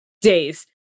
days